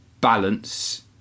balance